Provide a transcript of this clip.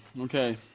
okay